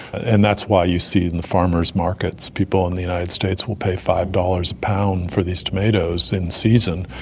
and that's why you see in the farmers markets people in the united states will pay five dollars a pound for these tomatoes in season,